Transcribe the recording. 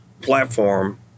platform